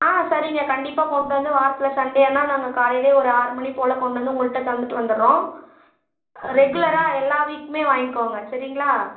ஆ சரிங்க கண்டிப்பாக கொண்டு வந்து வாரத்தில் சண்டே ஆனால் நாங்கள் காலையிலேயே ஒரு ஆறு மணிப்போல் கொண்டு வந்து உங்கள்ட்ட தந்துட்டு வந்துடுறோம் ரெகுலராக எல்லா வீக்குமே வாங்கிக்கங்க சரிங்களா